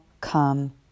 come